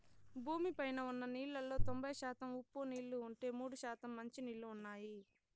భూమి పైన ఉన్న నీళ్ళలో తొంబై శాతం ఉప్పు నీళ్ళు ఉంటే, మూడు శాతం మంచి నీళ్ళు ఉన్నాయి